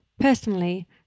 personally